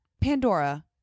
Pandora